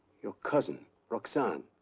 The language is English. your cousin, roxane!